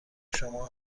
شما